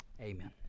amen